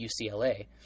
UCLA